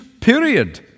period